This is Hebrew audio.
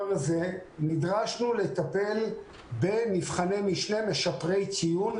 הזה נדרשנו לטפל במבחני משנה משפריי ציון,